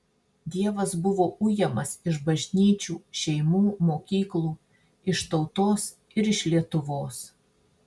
dievas buvo ujamas iš bažnyčių šeimų mokyklų iš tautos ir iš lietuvos